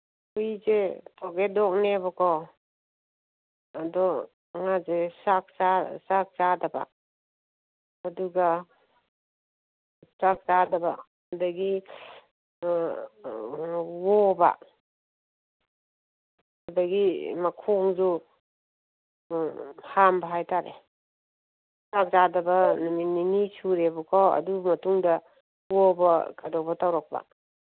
ꯍꯨꯏꯁꯦ ꯄꯣꯀꯦꯠ ꯗꯣꯛꯅꯦꯕꯀꯣ ꯑꯗꯣ ꯃꯥꯁꯦ ꯆꯥꯛ ꯆꯥꯛ ꯆꯥꯗꯕ ꯑꯗꯨꯒ ꯆꯥꯛ ꯆꯥꯗꯕ ꯑꯗꯒꯤ ꯑꯣꯕ ꯑꯗꯒꯤ ꯃꯈꯣꯡꯁꯨ ꯍꯥꯝꯕ ꯍꯥꯏ ꯇꯥꯔꯦ ꯆꯥꯛ ꯆꯥꯗꯕ ꯅꯨꯃꯤꯠ ꯅꯤꯅꯤ ꯁꯨꯔꯦꯕꯀꯣ ꯑꯗꯨ ꯃꯇꯨꯡꯗ ꯑꯣꯕ ꯀꯩꯗꯧꯕ ꯇꯧꯔꯛꯄ